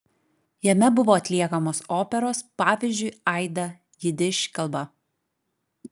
jame buvo atliekamos operos pavyzdžiui aida jidiš kalba